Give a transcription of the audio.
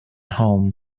home